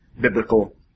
biblical